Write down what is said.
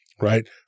right